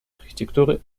архитектуры